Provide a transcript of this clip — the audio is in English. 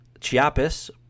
Chiapas